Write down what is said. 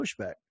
pushback